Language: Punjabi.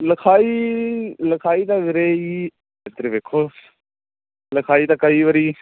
ਲਿਖਾਈ ਲਿਖਾਈ ਤਾਂ ਵੀਰੇ ਜੀ ਇੱਧਰ ਵੇਖੋ ਲਿਖਾਈ ਤਾਂ ਕਈ ਵਾਰੀ